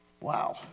Wow